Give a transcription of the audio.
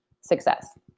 success